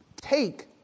take